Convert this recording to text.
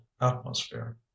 atmosphere